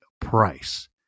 price